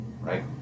right